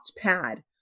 pad